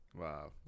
Wow